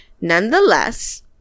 Nonetheless